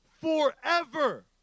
forever